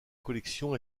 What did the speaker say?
collection